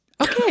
Okay